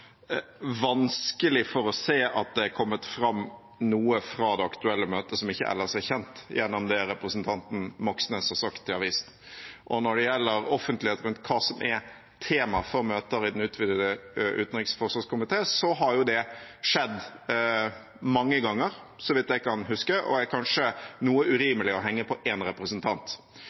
vanskelig for å se at det har kommet fram noe fra det aktuelle møtet – som ikke ellers var kjent – gjennom det representanten Moxnes har sagt til avisen. Når det gjelder offentlighet rundt hva som er tema for møter i den utvidede utenriks- og forsvarskomité, har det skjedd mange ganger – så vidt jeg kan huske – og det er kanskje noe urimelig å henge det på én representant.